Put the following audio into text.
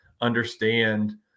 understand